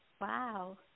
Wow